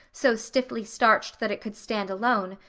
so stiffly starched that it could stand alone,